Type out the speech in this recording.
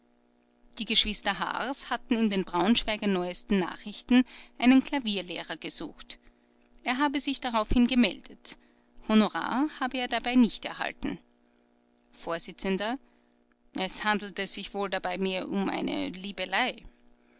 die geschwister haars halten in den braunschweiger neuesten nachrichten einen klavierlehrer gesucht er habe sich daraufhin gemeldet honorar habe er nicht erhalten vors es handelte sich wohl dabei mehr um eine liebelei